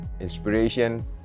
inspiration